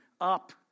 up